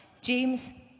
James